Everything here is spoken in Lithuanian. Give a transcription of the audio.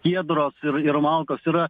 giedros ir ir malkos yra